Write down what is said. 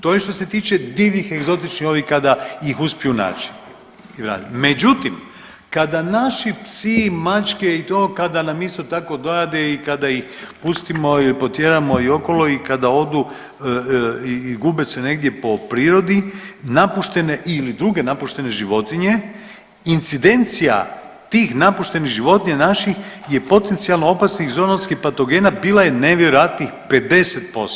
To je što se tiče divljih i egzotičnih ovih kada ih uspiju naći međutim, kada naši psi i mačke i to, kada nam isto tako dojade i kada ih pustimo i potjeramo i okolo i kada odu i gube se negdje po prirodi, napuštene ili druge napuštene životinje, incidencija tih napuštenih životinja naših je potencijalno opasnih zoonotskih patogena bila je nevjerojatnih 50%